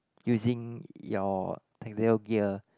using your tactical gear